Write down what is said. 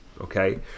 okay